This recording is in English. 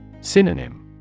Synonym